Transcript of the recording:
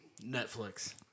Netflix